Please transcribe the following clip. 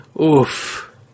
Oof